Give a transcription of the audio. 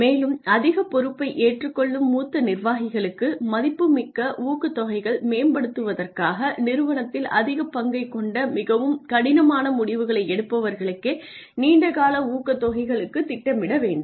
மேலும் அதிக பொறுப்பை ஏற்றுக் கொள்ளும் மூத்த நிர்வாகிகளுக்கு மதிப்புமிக்க ஊக்கத் தொகைகளை மேம்படுத்துவதற்காக நிறுவனத்தில் அதிக பங்கைக் கொண்ட மிகவும் கடினமான முடிவுகளை எடுப்பவர்களுக்கே நீண்ட கால ஊக்கத்தொகைகளுக்குத் திட்டமிட வேண்டும்